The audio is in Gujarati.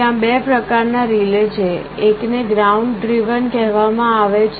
ત્યાં બે પ્રકારનાં રિલે છે એક ને ગ્રાઉન્ડ ડ્રિવન કહેવામાં આવે છે